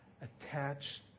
attached